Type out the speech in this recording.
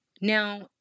Now